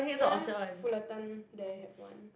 ya Fullerton there have [one]